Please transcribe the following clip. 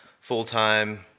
Full-time